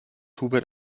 hubert